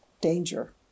danger